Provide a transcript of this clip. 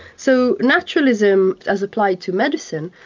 so naturalism, as applied to medicine,